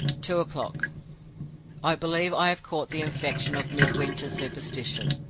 two o'clock i believe i have caught the infection of midwinter's superstition.